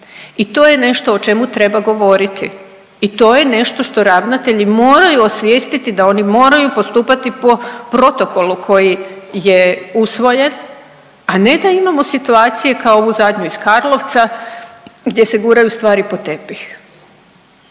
i to je nešto o čemu treba govoriti i to je nešto što ravnatelji moraju osvijestiti da oni moraju postupati po protokolu koji je usvojen, a ne da imamo situacije kao ovu zadnju iz Karlovca gdje se guraju stvari pod tepih.